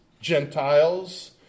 Gentiles